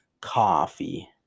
coffee